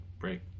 break